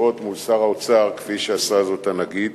ישירות מול שר האוצר כפי שעשה זאת הנגיד.